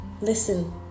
listen